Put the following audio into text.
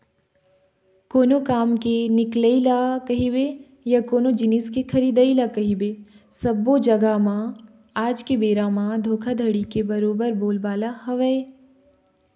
कोनो काम के निकलई ल कहिबे या कोनो जिनिस के खरीदई ल कहिबे सब्बो जघा म आज के बेरा म धोखाघड़ी के बरोबर बोलबाला हवय